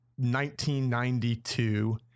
1992